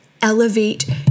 Elevate